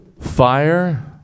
fire